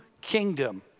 kingdom